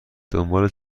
دنبال